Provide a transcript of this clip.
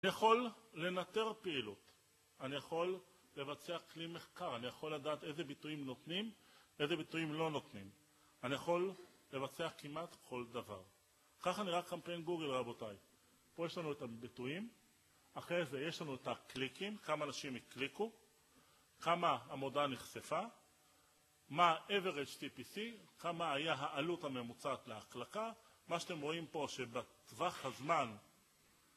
אני יכול לנטר פעילות, אני יכול לבצע כלי מחקר, אני יכול לדעת איזה ביטויים נותנים ואיזה ביטויים לא נותנים. אני יכול לבצע כמעט כל דבר. ככה נראה קמפיין גוגל, רבותיי. פה יש לנו את הביטויים, אחרי זה יש לנו את הקליקים, כמה אנשים הקליקו, כמה המודעה נחשפה, מה ממוצע HTPC, כמה היה העלות הממוצעת להקלקה. מה שאתם רואים פה שבטווח הזמן...